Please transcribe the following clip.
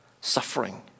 suffering